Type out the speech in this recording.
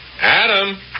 Adam